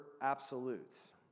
absolutes